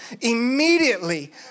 Immediately